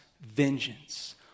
vengeance